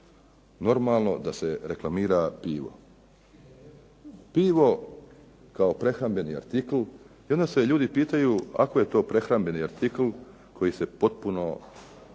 normalno da se reklamira pivo. Pivo kao prehrambeni artikl, i onda se ljudi pitaju ako je to prehrambeni artikl koji se potpuno